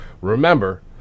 Remember